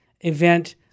event